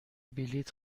بلیط